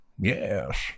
Yes